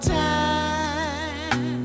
time